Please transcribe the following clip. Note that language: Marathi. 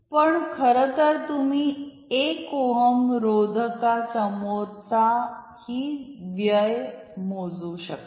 पण खरतर तुम्ही 1 ओहम रोध का समोरचाही व्यय मोजू शकता